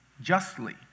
justly